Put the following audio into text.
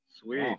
Sweet